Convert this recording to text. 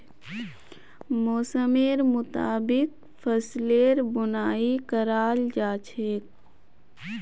मौसमेर मुताबिक फसलेर बुनाई कराल जा छेक